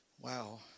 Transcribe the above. wow